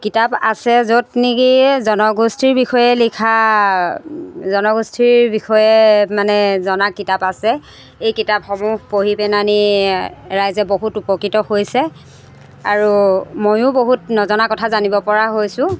কিতাপ আছে য'ত নেকি এই জনগোষ্ঠীৰ বিষয়ে লিখা জনগোষ্ঠীৰ বিষয়ে মানে জনা কিতাপ আছে এই কিতাপসমূহ পঢ়ি পেনাহেনি ৰাইজে বহুত উপকৃত হৈছে আৰু ময়ো বহুত নজনা কথা জানিব পৰা হৈছোঁ